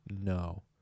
No